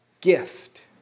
gift